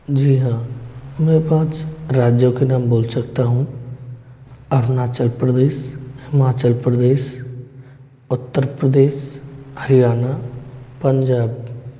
जी हाँ मैं पाँच राज्यों के नाम बोल सकता हूँ अरुणाचल प्रदेश हिमाचल प्रदेश उत्तर प्रदेश हरियाणा पंजाब